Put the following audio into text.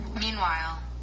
Meanwhile